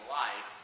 life